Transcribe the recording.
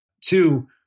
Two